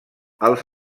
els